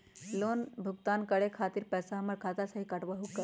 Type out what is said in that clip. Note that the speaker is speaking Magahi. लोन भुगतान करे के खातिर पैसा हमर खाता में से ही काटबहु का?